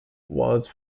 was